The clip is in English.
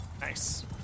Nice